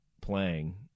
playing